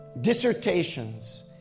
dissertations